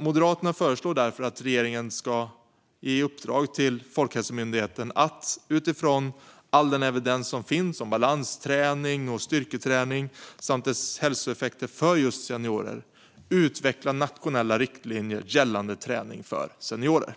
Moderaterna föreslår därför att regeringen ska ge i uppdrag till Folkhälsomyndigheten att, utifrån all den evidens som finns om balansträning och styrketräning samt deras hälsoeffekter för just seniorer, utveckla nationella riktlinjer gällande träning för seniorer.